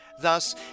Thus